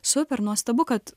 super nuostabu kad